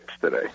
today